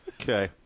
Okay